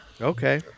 Okay